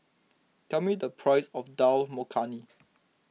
tell me the price of Dal Makhani